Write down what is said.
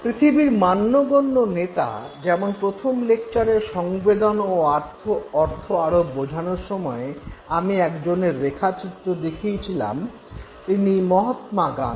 পৃথিবীর মান্যগণ্য নেতা যেমন প্রথম লেকচারে সংবেদন ও অর্থ আরোপ বোঝানোর সময়ে আমি একজনের রেখাচিত্র দেখিয়েছিলাম তিনি মহাত্মা গান্ধী